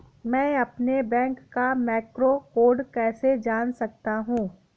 मैं अपने बैंक का मैक्रो कोड कैसे जान सकता हूँ?